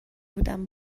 بودم